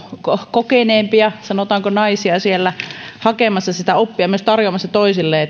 kokeneempia naisia hakemassa ja myös tarjoamassa toisilleen